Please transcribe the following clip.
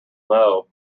know